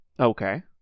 Okay